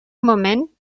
moment